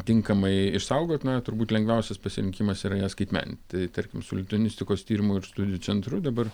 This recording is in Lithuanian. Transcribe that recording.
tinkamai išsaugoti na turbūt lengviausias pasirinkimas yra ją skaitmenint tai tarkim su lituanistikos tyrimų ir studijų centru dabar